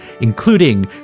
including